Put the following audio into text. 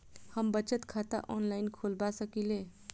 हम बचत खाता ऑनलाइन खोलबा सकलिये?